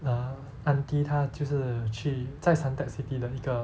err aunty 她就是去在 suntec citybak chor mee 的一个